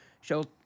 Shell